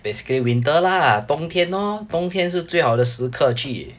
basically winter lah 冬天喔冬天是最好的时刻去